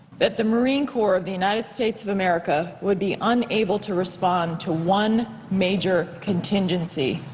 that the marine corps of the united states of america would be unable to respond to one major contingency.